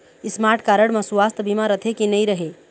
Smart card म सुवास्थ बीमा रथे की नई रहे?